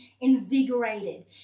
invigorated